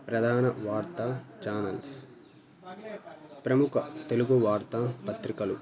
ప్రధాన వార్త ఛానల్స్ ప్రముఖ తెలుగు వార్తా పత్రికలు